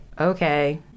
okay